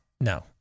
No